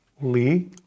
Lee